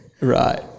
Right